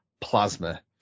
plasma